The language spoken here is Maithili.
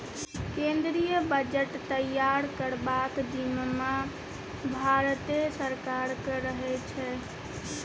केंद्रीय बजट तैयार करबाक जिम्माँ भारते सरकारक रहै छै